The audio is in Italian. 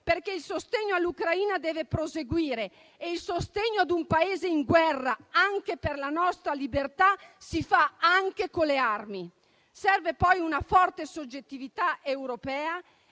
perché il sostegno all'Ucraina deve proseguire. Il sostegno ad un Paese in guerra, anche per la nostra libertà, si fa anche con le armi. Serve poi una forte soggettività europea